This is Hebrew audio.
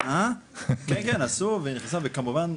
וכמובן,